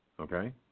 Okay